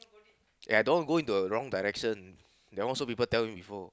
eh I don't want go to a wrong direction that one people also tell me before